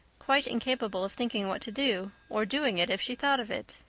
quite incapable of thinking what to do, or doing it if she thought of it.